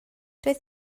doedd